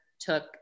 took